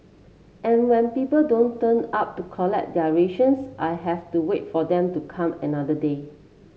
and when people don't turn up to collect their rations I have to wait for them to come another day